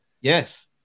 Yes